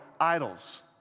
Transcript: idols